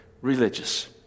religious